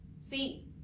See